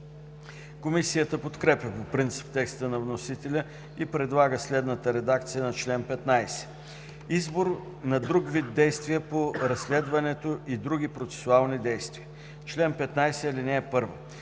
Комисията подкрепя по принцип текста на вносителя и предлага следната редакция на чл. 15: „Избор на друг вид действия по разследването и други процесуални действия Чл. 15.